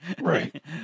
Right